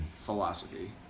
Philosophy